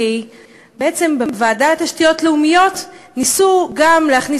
כי בעצם בוועדה לתשתיות לאומיות ניסו גם להכניס